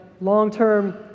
long-term